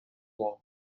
long